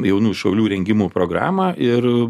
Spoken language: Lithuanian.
jaunųjų šaulių rengimo programą ir